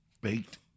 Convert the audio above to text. baked